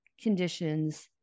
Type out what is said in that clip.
conditions